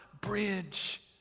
bridge